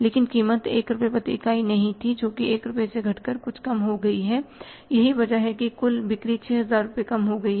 लेकिन कीमत 1 रुपये प्रति इकाई नहीं थी जो 1 रुपये से घटकर कुछ कम हो गई है यही वजह है कि कुल बिक्री 6000 रुपये कम हो गई है